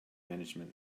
management